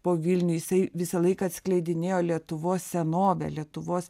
po vilnių jisai visą laiką atskleidinėjo lietuvos senovę lietuvos